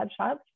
headshots